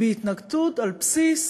בהתנגדות על בסיס